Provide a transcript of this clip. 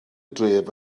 dref